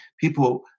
people